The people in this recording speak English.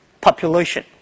population